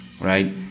Right